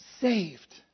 saved